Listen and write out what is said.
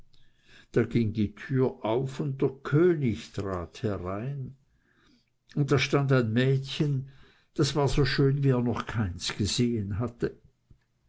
da ging die tür auf und der könig trat herein und da stand ein mädchen das war so schön wie er noch keins gesehen hatte